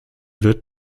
wird